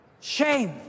Shame